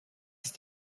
ist